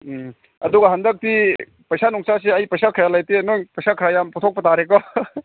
ꯎꯝ ꯑꯗꯨꯒ ꯍꯟꯗꯛꯇꯤ ꯄꯩꯁꯥ ꯅꯨꯡꯁꯥꯁꯤ ꯑꯩ ꯄꯩꯁꯥ ꯀꯌꯥ ꯂꯩꯇꯦ ꯅꯪ ꯄꯩꯁꯥ ꯈꯔ ꯌꯥꯝ ꯄꯨꯊꯣꯛꯄ ꯇꯥꯔꯦꯀꯣ